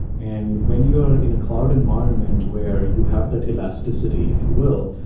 and when you're in a cloud environment where you have that elasticity, if you will,